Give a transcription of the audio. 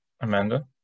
Amanda